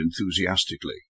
enthusiastically